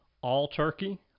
all-turkey